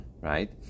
right